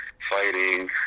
Fighting